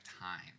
time